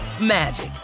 magic